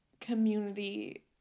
community